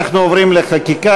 אנחנו עוברים לחקיקה.